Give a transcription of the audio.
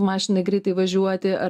mašinai greitai važiuoti ar